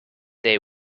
they